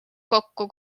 kokku